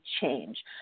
change